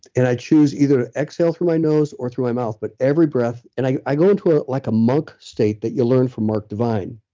and i choose either exhale through my nose or through my mouth, but every breath, and i i go into ah like a monk state that you learn from mark divine.